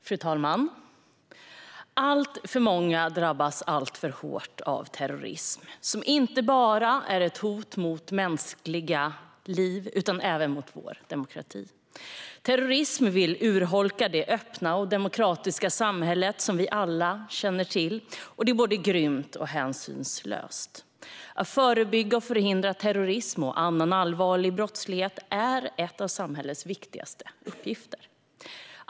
Fru talman! Alltför många drabbas alltför hårt av terrorism, som inte bara är ett hot mot mänskliga liv utan även mot vår demokrati. Terrorismen vill urholka det öppna och demokratiska samhälle som vi alla känner till, och detta är både grymt och hänsynslöst. Att förebygga och förhindra terrorism och annan allvarlig brottslighet är en av samhällets viktigaste uppgifter.